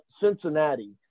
Cincinnati